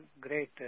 great